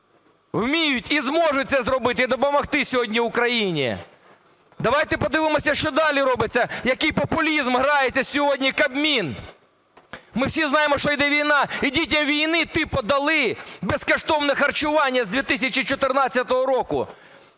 Вміють і зможуть це зробити, і допомогти сьогодні Україні. Давайте подивимося, що далі робиться, в який популізм грається сьогодні Кабмін. Ми всі знаємо, що йде війна і дітям війни типу дали безкоштовне харчування з 2014 року.